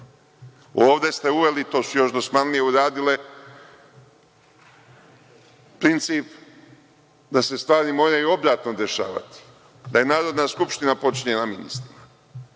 ste uveli, to su još dosmanlije uradile, princip da se stvari moraju obratno dešavati, da je Narodna skupština potčinjena ministrima.